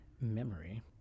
memory